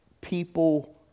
people